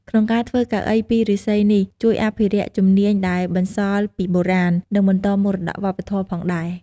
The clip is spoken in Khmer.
ក្នុងការធ្វើកៅអីពីឫស្សីនេះ ជួយអភិរក្សជំនាញដែលបន្សល់ពីបុរាណ និងបន្តមរតកវប្បធម៌ផងដែរ។